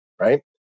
right